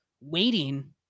waiting